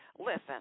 Listen